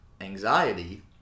anxiety